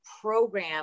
program